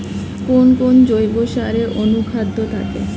কোন কোন জৈব সারে অনুখাদ্য থাকে?